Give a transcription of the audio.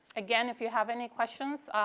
again, if you have any questions,